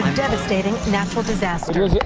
devastating natural disaster.